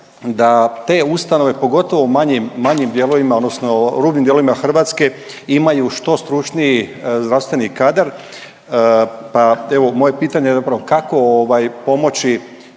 da te ustanove pogotovo u manjim, manjim dijelovima odnosno rubnim dijelovima Hrvatske imaju što stručniji zdravstveni kadar. Pa evo moje pitanje je zapravo